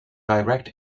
direct